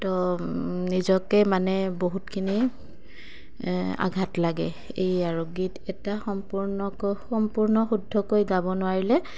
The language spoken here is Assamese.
তো নিজকে মানে বহুতখিনি আঘাত লাগে এই আৰু গীত এটা সম্পূৰ্ণকৈ সম্পূৰ্ণ শুদ্ধকৈ গাব নোৱাৰিলে